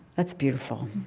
that's beautiful.